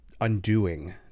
undoing